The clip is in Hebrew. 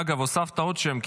אגב, הוספת עוד שם.